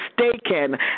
mistaken